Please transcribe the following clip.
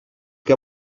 que